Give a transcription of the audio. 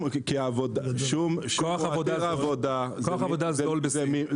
כוח עבודה זול בסין.